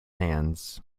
hands